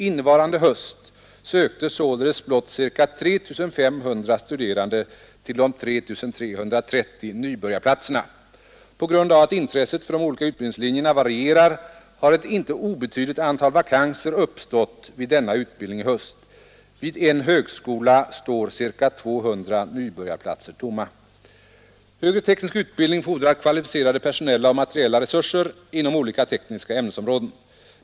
Innevarande höst sökte således blott ca 3 500 studerande till de 3 330 nybörjarplatserna. På grund av att intresset för de olika utbildningslinjerna varierar har ett inte obetydligt antal vakanser uppstått vid denna utbildning i höst. Vid en högskola står ca 200 nybörjarplatser tomma. Högre teknisk utbildning fordrar kvalificerade personella och materiella resurser inom olika tekniska ämnesområden.